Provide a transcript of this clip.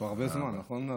כבר הרבה זמן, נכון?